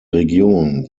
region